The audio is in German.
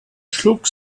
schlug